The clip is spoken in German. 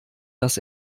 das